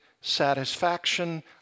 satisfaction